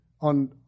on